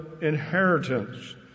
inheritance